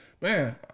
man